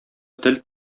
тел